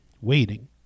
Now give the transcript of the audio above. waiting